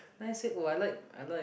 the I said oh I like I like